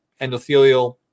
endothelial